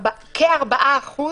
כ-4%